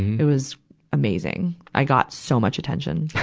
it was amazing! i got so much attention.